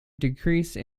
decrease